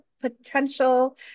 potential